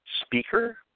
speaker